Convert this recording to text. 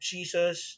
Jesus